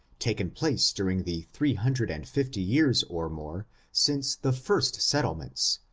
taken place during the three hundred and fifty years or more since the first settlements,